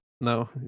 no